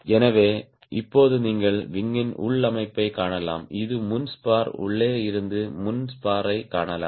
எனவே இப்போது நீங்கள் விங்யின் உள் அமைப்பைக் காணலாம் இது முன் ஸ்பார் உள்ளே இருந்து முன் ஸ்பாரைக் காணலாம்